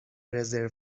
رزرو